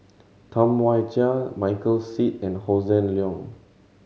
Tam Wai Jia Michael Seet and Hossan Leong